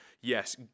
yes